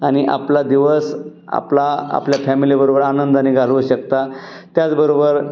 आणि आपला दिवस आपला आपल्या फॅमिलीबरोबर आनंदाने घालवू शकता त्याचबरोबर